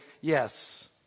yes